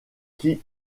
qui